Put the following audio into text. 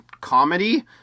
comedy